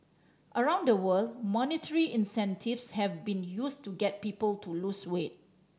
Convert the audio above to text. around the world monetary incentives have been used to get people to lose weight